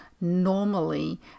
normally